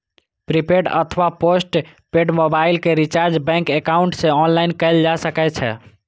prepaid अथवा post paid mobile के recharge bank account सं ऑनलाइन कैल जा सकै छै